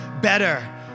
better